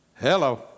Hello